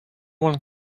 one